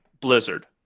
Blizzard